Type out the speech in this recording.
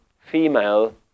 female